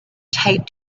taped